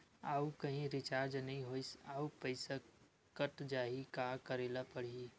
आऊ कहीं रिचार्ज नई होइस आऊ पईसा कत जहीं का करेला पढाही?